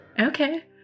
Okay